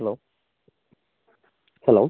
hello hello